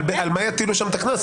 יטילו שם את הקנס?